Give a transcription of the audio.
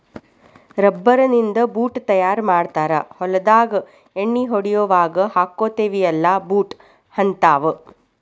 rubber ನಿಂದ boot ತಯಾರ ಮಾಡ್ತಾರ ಹೊಲದಾಗ ಎಣ್ಣಿ ಹೊಡಿಯುವಾಗ ಹಾಕ್ಕೊತೆವಿ ಅಲಾ ಬೂಟ ಹಂತಾವ